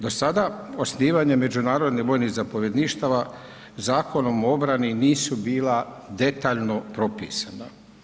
Do sada osnivanje međunarodnih vojnih zapovjedništava Zakonom o obrani nisu bila detaljno propisana.